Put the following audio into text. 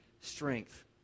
strength